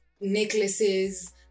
necklaces